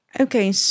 Okay